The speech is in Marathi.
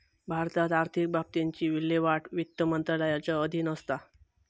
भारतात आर्थिक बाबतींची विल्हेवाट वित्त मंत्रालयाच्या अधीन असता